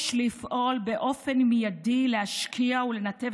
יש לפעול באופן מיידי להשקעה ולניתוב